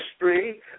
history